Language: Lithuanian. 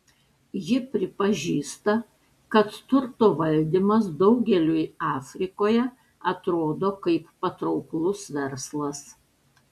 ji pripažįsta kad turto valdymas daugeliui afrikoje atrodo kaip patrauklus verslas